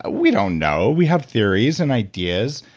ah we don't know. we have theories and ideas.